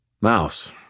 Mouse